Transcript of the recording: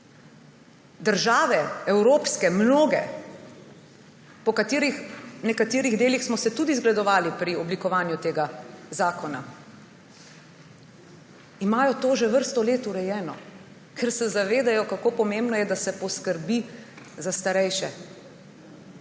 države, po katerih nekaterih delih smo se tudi zgledovali pri oblikovanju tega zakona, imajo to že vrsto let urejeno, ker se zavedajo, kako pomembno je, da se poskrbi za starejše.